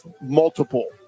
multiple